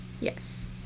yes